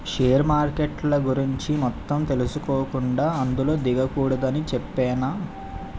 share మార్కెట్ల గురించి మొత్తం తెలుసుకోకుండా అందులో దిగకూడదని చెప్పేనా